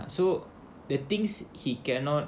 ya so the things he cannot